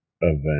event